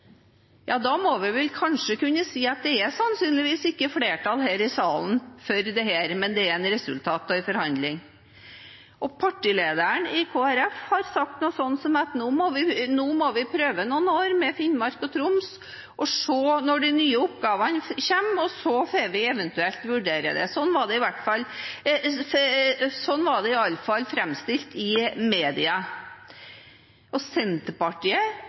Da må vi kanskje kunne si at det sannsynligvis ikke er flertall i salen for dette, men det er et resultat av en forhandling. Partilederen i Kristelig Folkeparti har sagt noe sånt som at vi nå må prøve noen år med Finnmark og Troms, og se når de nye oppgavene kommer, og så får vi eventuelt vurdere det. Slik var det i alle fall framstilt i media. Senterpartiet mener at vi har slagkraftige fylkeskommuner allerede i dag, og